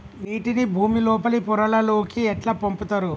నీటిని భుమి లోపలి పొరలలోకి ఎట్లా పంపుతరు?